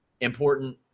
important